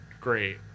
great